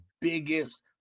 biggest